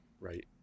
right